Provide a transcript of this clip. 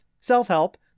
self-help